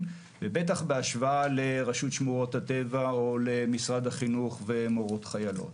ובטח בהשוואה לרשות שמורות הטבע או למשרד החינוך ומורות חיילות.